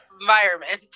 environment